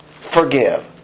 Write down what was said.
forgive